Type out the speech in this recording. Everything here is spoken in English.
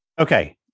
Okay